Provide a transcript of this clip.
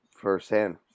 firsthand